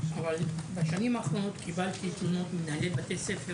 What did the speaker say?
אבל בשנים האחרונות קיבלתי תלונות ממנהלי בתי ספר,